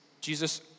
Jesus